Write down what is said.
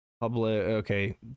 Okay